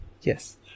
yes